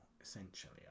essentially